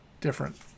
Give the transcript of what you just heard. different